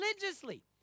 religiously